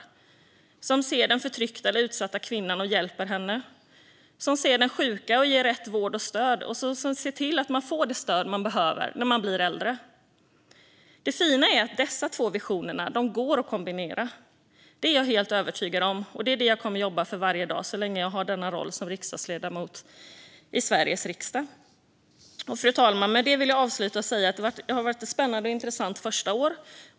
Samhället ska se den förtryckta eller utsatta kvinnan och hjälpa henne, se den sjuka och ge rätt vård och stöd och se till att man får det stöd man behöver när man blir äldre. Det fina är att dessa två visioner går att kombinera. Det är jag helt övertygad om, och det är det jag kommer att jobba för varje dag så länge jag har denna roll som ledamot av Sveriges riksdag. Fru talman! Med det vill jag avsluta med att säga att det har varit ett spännande och intressant första år.